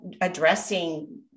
addressing